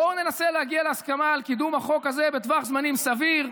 בואו ננסה להגיע להסכמה על קידום החוק הזה בטווח זמנים סביר.